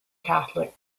catholic